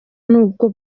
nubwo